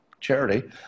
charity